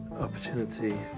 opportunity